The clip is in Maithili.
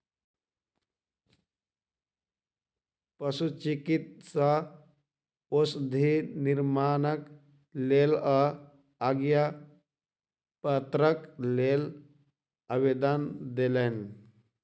पशुचिकित्सा औषधि निर्माणक लेल ओ आज्ञापत्रक लेल आवेदन देलैन